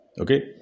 Okay